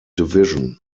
division